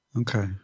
Okay